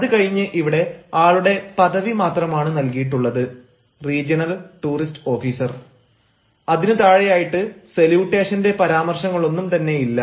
അത് കഴിഞ്ഞ് ഇവിടെ ആളുടെ പദവി മാത്രമാണ് നൽകിയിട്ടുള്ളത് റീജിയണൽ ടൂറിസ്റ്റ് ഓഫീസർ അതിനുതാഴെയായിട്ട് സല്യൂട്ടേഷന്റെ പരാമർശങ്ങളൊന്നും തന്നെയില്ല